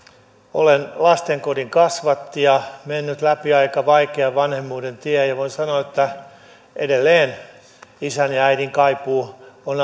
olen lastenkodin kasvatti ja mennyt läpi aika vaikean vanhemmuuden tien ja voin sanoa että edelleen isän ja äidin kaipuu on